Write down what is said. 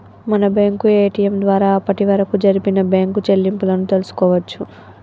మనం bank ATM ద్వారా అప్పటివరకు జరిపిన బ్యేంకు చెల్లింపులను తెల్సుకోవచ్చు